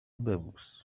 ببوس